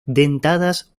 dentadas